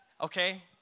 Okay